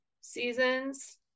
seasons